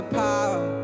power